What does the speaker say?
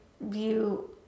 view